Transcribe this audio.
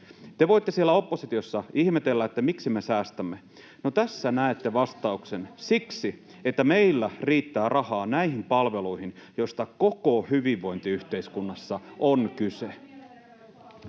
Te voitte siellä oppositiossa ihmetellä, miksi me säästämme. No, tässä näette vastauksen. Siksi, että meillä riittää rahaa näihin palveluihin, joista koko hyvinvointiyhteiskunnassa on kyse.